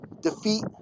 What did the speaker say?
defeat